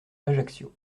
ajaccio